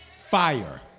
fire